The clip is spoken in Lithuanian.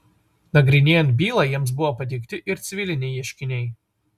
nagrinėjant bylą jiems buvo pateikti ir civiliniai ieškiniai